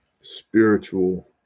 spiritual